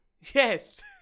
Yes